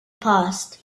passed